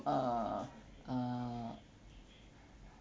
err err